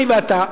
אני ואתה.